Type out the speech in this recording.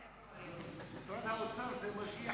משרד האוצר זה משגיח